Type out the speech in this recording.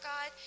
God